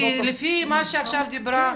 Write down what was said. כי לפי מה שעכשיו היא דיברה --- כן,